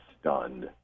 stunned